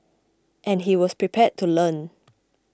and he was prepared to learn